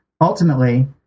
ultimately